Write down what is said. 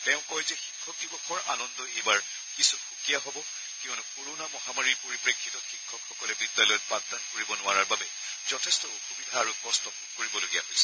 তেওঁ কয় যে শিক্ষক দিৱসৰ আনন্দ এইবাৰ কিছু সুকীয়া হ'ব কিয়নো ক'ৰণা মহামাৰীৰ পৰিপ্ৰেক্ষিতত শিক্ষকসকলে বিদ্যালয়ত পাঠদান কৰিব নোৱাৰাৰ বাবে যথেষ্ট অসুবিধা আৰু কষ্ট ভোগ কৰিবলগীয়া হৈছে